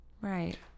Right